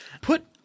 put